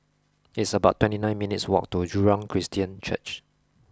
it's about twenty nine minutes' walk to Jurong Christian Church